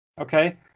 Okay